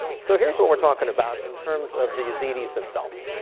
so here's what we're talking about in terms of these yazidis themselves.